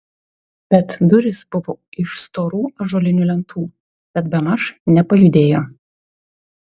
bet durys buvo iš storų ąžuolinių lentų tad bemaž nepajudėjo